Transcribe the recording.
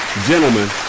Gentlemen